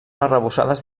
arrebossades